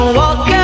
walk